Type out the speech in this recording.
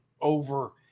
over